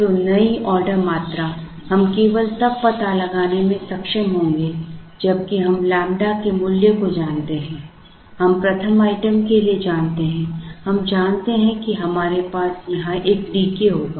तो नई ऑर्डर मात्रा हम केवल तब पता लगाने में सक्षम होंगे जब कि हम लैम्ब्डा के मूल्य को जानते हैं हम प्रथम आइटम के लिए जानते हैं हम जानते हैं कि हमारे पास यहां एक D k होगा